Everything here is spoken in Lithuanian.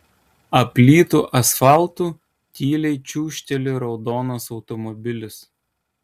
aplytu asfaltu tyliai čiūžteli raudonas automobilis